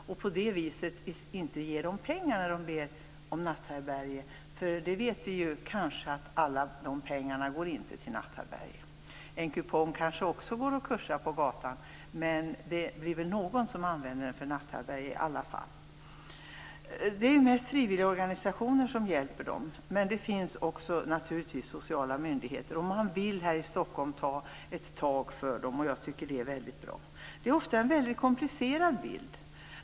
På det viset skulle man inte ge dem pengar när de ber om natthärbärge. Vi vet ju att alla de pengarna kanske inte går till natthärbärge. En kupong kanske också går att kursa på gatan, men det blir kanske någon som använder den till natthärbärge i alla fall. Det är mest frivilligorganisationer som hjälper dem. Men naturligtvis finns också de sociala myndigheterna. Här i Stockholm vill man ta ett tag för dem. Jag tycker att det är väldigt bra. Det är ofta en mycket komplicerad bild.